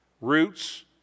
roots